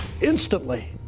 instantly